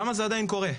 למה זה עדיין קורה?